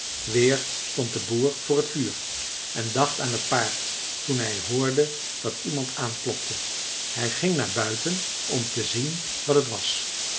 weer stond de boer voor het vuur en dacht aan het paard toen hij hoorde dat iemand aanklopte hij ging naar buiten om te zien wat het was